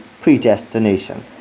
predestination